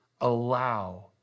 allow